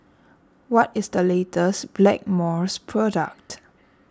what is the latest Blackmores product